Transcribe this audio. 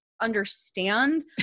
understand